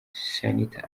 shanitah